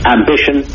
Ambition